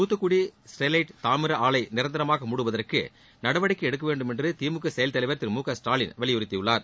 துத்துக்குடி ஸ்டெர்லைட் தாமிர ஆலையை நிரந்தரமாக மூடுவதற்கு நடவடிக்கை எடுக்க வேண்டும் என்று திமுக செயல் தலைவர் திரு மு க ஸ்டாலின் வலியுறுத்தியுள்ளார்